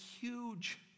huge